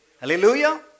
Hallelujah